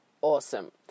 awesome